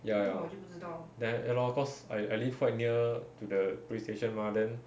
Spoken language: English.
ya ya then ya lor cause I I live quite near to the police station mah then